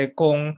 kung